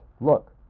look